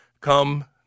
come